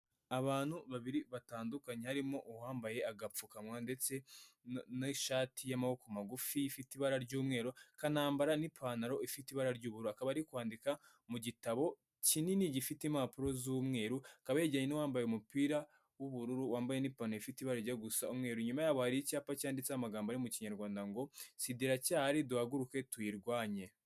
Abantu babiri batandukanye harimo uwambaye agapfukama ndetse n'ishati y'amaboko magufi ifite ibara ry'umweru, akanambara n'ipantaro ifite ibara ry'ubururu. Akaba ari kwandika mu gitabo kinini gifite impapuro z'umweru. Akaba yegeranye n'uwambaye umupira w'ubururu wambaye n'ipantaro ifite ibara rijya gusa umweru. Inyuma yabo hari icyapa cyanditseho amagambo ari mu Kinyarwanda ngo SIDA iracyahari duhaguruke tuyirwanye.